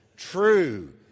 True